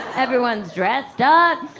everyone's dressed up.